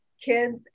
kids